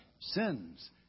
sins